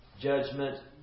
judgment